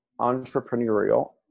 entrepreneurial